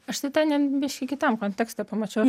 aš tai ten biški kitam kontekste pamačiau